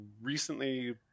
recently